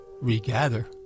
regather